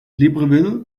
libreville